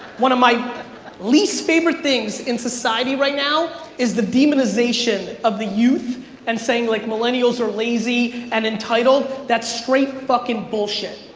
one of my least favorite things in society right now is the demonization of the youth and saying like millennials are lazy and entitled. that's straight fucking bullshit.